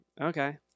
Okay